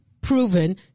proven